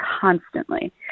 constantly